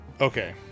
okay